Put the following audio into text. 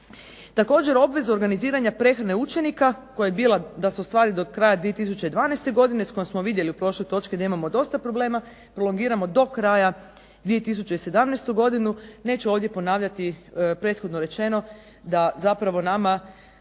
Također obvezu organiziranja prehrane učenika koja je bila da se ostvari do kraja 2012. godine s kojom smo vidjeli u prošloj točki da imamo dosta problema prolongiramo do kraja 2017. godine neću ovdje ponavljati prethodno rečeno da zapravo nama